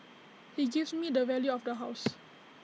he gives me the value of the house